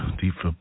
deep